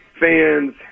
Fans